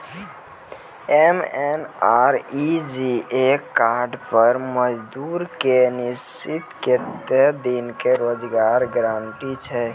MNREGA card पर मजदुर के निश्चित कत्तेक दिन के रोजगार गारंटी छै?